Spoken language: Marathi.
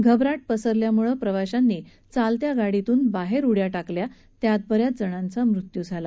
घबराट पसरल्याम्ळे प्रवाशांनी चालत्या गाडीतून बाहेर उड्या टाकल्या त्यात ब याच जणांचा मृत्यू झाला